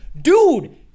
Dude